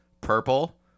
purple